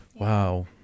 Wow